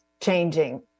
changing